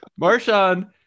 Marshawn